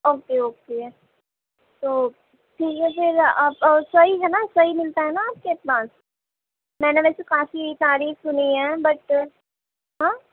okay okay تو ٹھیک ہے پھر آپ اور صحیح ہے نا صحیح ملتا ہے نا آپ کے پاس میں نے ویسے کافی تعریف سنی ہے بٹ ہاں